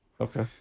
Okay